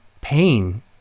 pain